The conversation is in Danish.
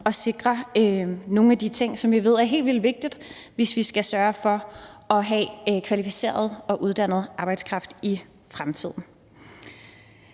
og sikre nogle af de ting, som vi ved er helt vildt vigtige, hvis vi skal sørge for at have kvalificeret og uddannet arbejdskraft i fremtiden.